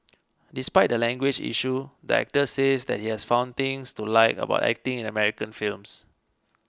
despite the language issue the actor says that he has found things to like about acting in American films